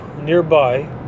nearby